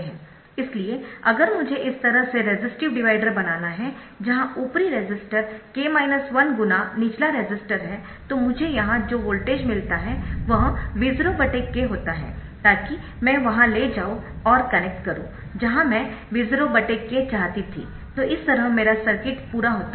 इसलिए अगर मुझे इस तरह से रेसिस्टिव डिवाइडर बनाना है जहां ऊपरी रेसिस्टर गुना निचला रेसिस्टर है तो मुझे यहां जो वोल्टेज मिलता है वह V0 k होता है ताकि मैं वहां ले जाऊं और कनेक्ट करूं जहां मैं V0 k चाहती थी तो इस तरह मेरा सर्किट पूरा होता है